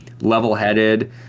level-headed